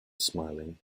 smiling